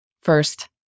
First